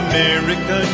America